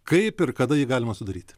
kaip ir kada jį galima sudaryti